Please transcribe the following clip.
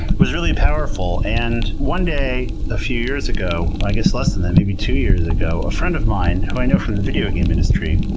was really powerful. and one day a few years ago i guess less than that, maybe two years ago a friend of mine who i know from the video game industry,